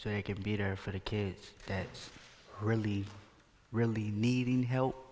so they can be there for the kids that is really really needing help